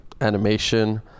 animation